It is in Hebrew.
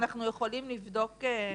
יש גבול לכמה שאנחנו יכולים לבדוק מרחוק,